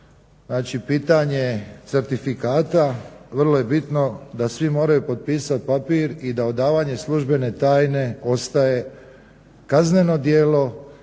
Znači pitanje certifikata vrlo je bitno da svi moraju potpisati papir i da odavanje službene tajne ostaje kazneno djelo